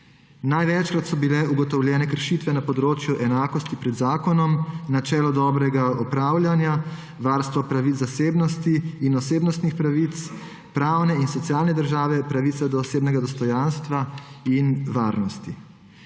Največkrat so bile ugotovljene kršitve na področju enakosti pred zakonom, načela dobrega upravljanja, varstva pravic zasebnosti in osebnostnih pravic, pravne in socialne države, pravice do osebnega dostojanstva in varnosti.